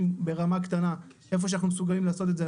ברמה קטנה איפה שאנחנו מסוגלים לעשות את זה,